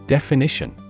Definition